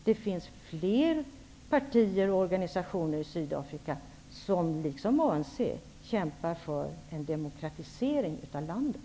Det finns fler partier och organisationer i Sydafrika som, liksom ANC, kämpar för en demokratisering av landet.